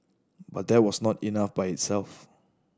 but that was not enough by itself